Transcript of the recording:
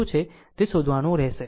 શું છે તે શોધવાનું રહેશે